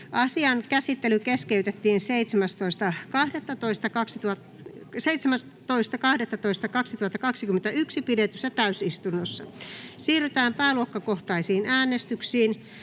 Asian käsittely keskeytettiin 17.12.2021 pidetyssä täysistunnossa. Siirrytään ensin pääluokkakohtaisiin äänestyksiin.